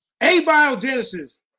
Abiogenesis